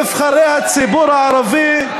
נבחרי הציבור הערבי,